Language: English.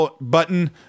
button